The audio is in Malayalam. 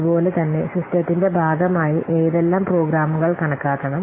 അതുപോലെ തന്നെ സിസ്റ്റത്തിന്റെ ഭാഗമായി ഏതെല്ലാം പ്രോഗ്രാമുകൾ കണക്കാക്കണം